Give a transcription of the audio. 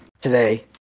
today